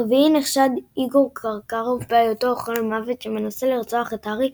ברביעי נחשד איגור קרקרוף בהיותו אוכל מוות שמנסה לרצוח את הארי,